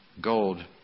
Gold